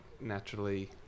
naturally